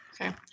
Okay